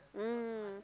mm